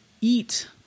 eat